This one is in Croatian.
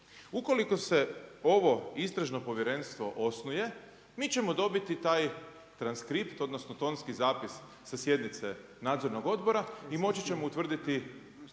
Ukoliko se ovo istražno povjerenstvo osnuje, mi ćemo dobiti taj transkript, odnosno, tonski zapis sa sjednice nadzornog odbora i moći ćemo utvrditi